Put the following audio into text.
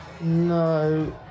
No